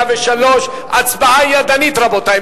060103, הצבעה ידנית, רבותי.